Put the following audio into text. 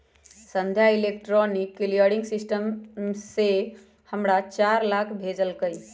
संध्या electronic clearing system से हमरा चार लाख भेज लकई ह